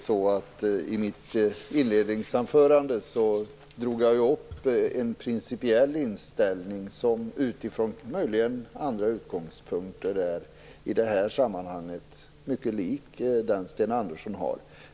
I mitt inledningsanförande drog jag upp den principiella inställning som utifrån möjligen andra utgångpunkter i det här sammanhanget är mycket lik den som Sten Andersson har.